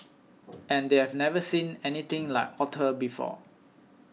and they've never seen anything like otter before